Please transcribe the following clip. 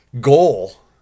goal